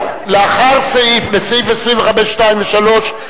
לסעיף 25(2) ו-(3),